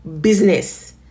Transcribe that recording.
Business